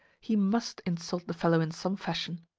he must insult the fellow in some fashion.